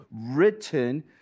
written